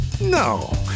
No